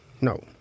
no